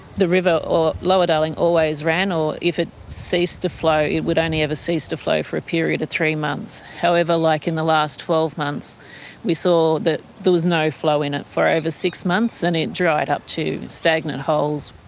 the river, the lower darling always ran, or if it ceased to flow it would only ever cease to flow for a period of three months. however like in the last twelve months we saw that there was no flow in it for over six months and it dried up to stagnant holes.